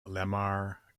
lamar